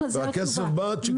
הכסף בא צ'יק צ'ק.